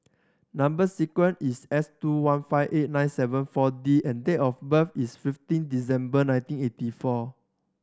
number sequence is S two one five eight nine seven Four D and date of birth is fifteen December nineteen eighty four